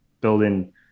building